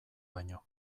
baino